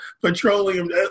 petroleum